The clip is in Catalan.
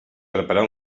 preparar